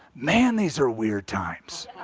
man, these are weird times.